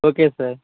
okay sir